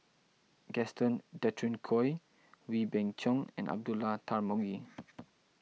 Gaston Dutronquoy Wee Beng Chong and Abdullah Tarmugi